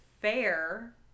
fair